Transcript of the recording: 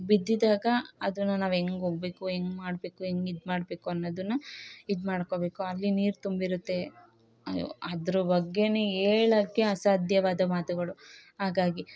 ಬಿದ್ದಿದಾಗ ಅದನ್ನು ನಾವು ಹೆಂಗ್ ಹೋಗ್ಬೇಕು ಹೆಂಗ್ ಮಾಡ್ಬೇಕು ಹೆಂಗ್ ಇದು ಮಾಡ್ಬೇಕು ಅನ್ನೋದನ್ನ ಇದು ಮಾಡ್ಕೋಬೇಕು ಅಲ್ಲಿ ನೀರು ತುಂಬಿರುತ್ತೆ ಅಯ್ಯೋ ಅದ್ರ ಬಗ್ಗೆ ಹೇಳೋಕೆ ಅಸಾಧ್ಯವಾದ ಮಾತುಗಳು ಹಾಗಾಗಿ